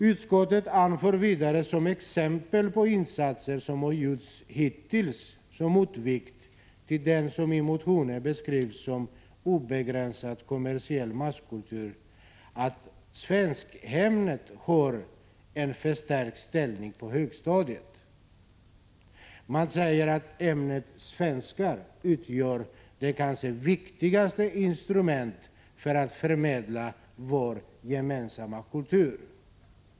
Utskottet anför vidare, som exempel på insatser som har gjorts hittills som motvikt mot vad som i motionen beskrivs som obegränsad kommersiell masskultur, att svenskämnet har en förstärkt ställning på högstadiet. Man säger att ämnet svenska utgör det kanske viktigaste instrumentet för att förmedla vår gemensamma kultur.